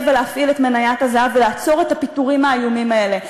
ולהפעיל את מניית הזהב ולעצור את הפיטורים האיומים האלה.